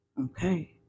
okay